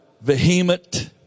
vehement